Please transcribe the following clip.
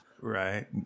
Right